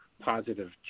positive